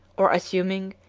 or assuming,